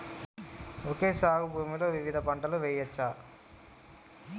Okay సాగు భూమిలో వివిధ పంటలు వెయ్యచ్చా?